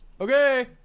okay